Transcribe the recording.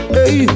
Hey